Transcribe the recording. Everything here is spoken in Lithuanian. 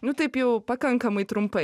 nu taip jau pakankamai trumpai